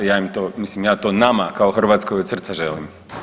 Ja im to, mislim ja to nama kao Hrvatskoj od srca želim.